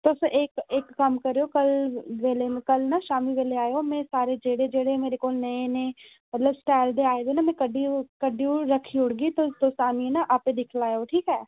तुस इक इक कम्म करेओ कल्ल जेल्लै कल्ल में ना शाम्मी बेल्लै आएओ में सारे सारे जेह्ड़े जेह्ड़े मेरे कोल नये नये मतलब स्टाइल दे आए दे ना में कड्ढियै ओह् कड्ढी ओह् रक्खी ओड़गी तुस आह्नियै ना आपें दिक्खी लैएओ